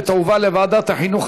ותועבר לוועדת החינוך,